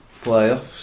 playoffs